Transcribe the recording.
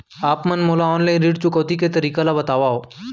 आप मन मोला ऑनलाइन ऋण चुकौती के तरीका ल बतावव?